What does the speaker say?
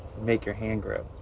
make your hand grow.